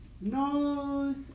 nose